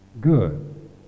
good